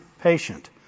patient